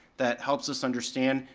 that helps us understand,